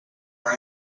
are